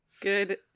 good